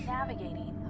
Navigating